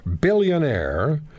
billionaire